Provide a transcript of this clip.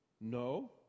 No